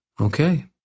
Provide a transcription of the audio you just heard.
Okay